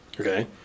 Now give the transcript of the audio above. Okay